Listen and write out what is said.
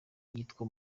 yitwa